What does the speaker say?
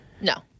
no